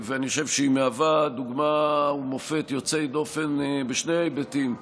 ואני חושב שהיא מהווה דוגמה ומופת יוצאי דופן בשני היבטים: